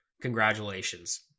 congratulations